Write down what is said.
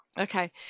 Okay